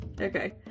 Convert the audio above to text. Okay